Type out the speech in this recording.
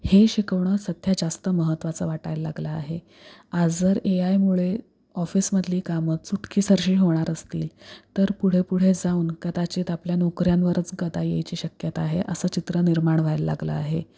हे शिकवणं सध्या जास्त महत्त्वाचं वाटायला लागलं आहे आज जर एआयमुळे ऑफिसमधली कामं चुटकीसरशी होणार असतील तर पुढे पुढे जाऊन कदाचित आपल्या नोकऱ्यांवरच गदा यायची शक्यता आहे असं चित्र निर्माण व्हायला लागलं आहे